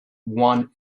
one